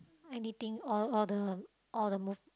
anything all all the all the move